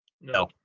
No